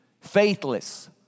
faithless